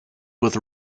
with